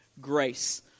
grace